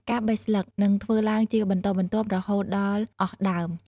ការបេះស្លឹកនឹងធ្វើឡើងជាបន្តបន្ទាប់រហូតដល់អស់ដើម។